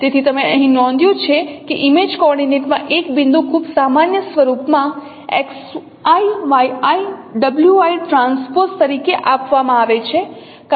તેથી તમે અહીં નોંધ્યું છે કે ઈમેજ કોઓર્ડિનેટ માં એક બિંદુ ખૂબ સામાન્ય સ્વરૂપમાં xi yi wiT તરીકે આપવામાં આવે છે કારણ કે તે કોલમ વેક્ટર સૂચવે છે